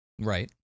Right